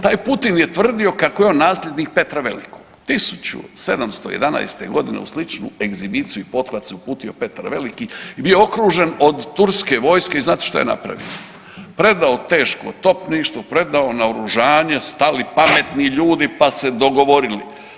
Taj Putin je tvrdio kako je on nasljednik Petra Velikog, 1711.g. u sličnu egzibiciju i pothvat se uputio Petar Veliki i bio okružen od turske vojske i znate šta je napravio, predao teško topništvo, predao naoružanje, stali pametni ljudi, pa se dogovorili.